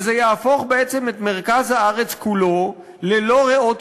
וזה יהפוך בעצם את מרכז הארץ כולו לחסר ריאות